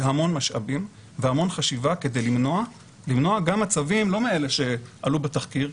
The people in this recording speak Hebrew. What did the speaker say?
המון משאבים והמון חשיבה כדי למנוע גם מצבים לא מאלה שעלו בתחקיר,